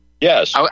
Yes